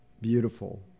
beautiful